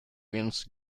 wins